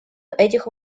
этих